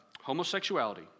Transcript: Homosexuality